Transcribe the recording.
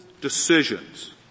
decisions